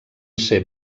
ser